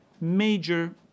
major